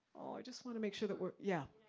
i just wanna make sure that were, yeah.